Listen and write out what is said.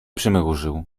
przymrużył